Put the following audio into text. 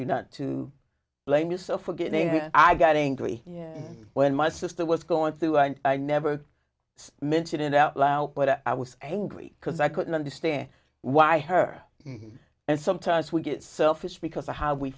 you not to blame yourself for getting i got angry when my sister was going through and i never mentioned it out loud but i was angry because i couldn't understand why her and sometimes we get selfish because of how we